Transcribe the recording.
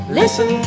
listen